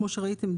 כמו שראיתם,